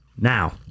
Now